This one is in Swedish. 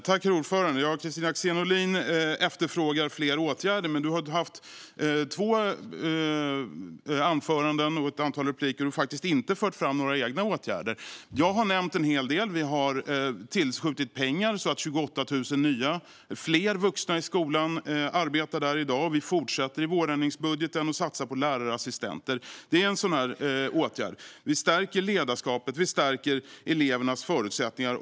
Herr talman! Kristina Axén Olin efterfrågar fler åtgärder. Hon har haft två anföranden och ett antal repliker på sig men har inte fört fram några egna förslag på åtgärder. Jag har nämnt en hel del. Vi har tillskjutit pengar så att 28 000 fler vuxna arbetar i skolan i dag. Vi fortsätter i vårändringsbudgeten med att satsa på lärarassistenter. Det är en åtgärd. Vi stärker ledarskapet. Vi stärker elevernas förutsättningar.